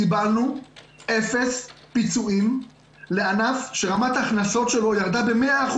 קיבלנו אפס פיצויים לענף שרמת ההכנסות שלו ירדה ב-100%.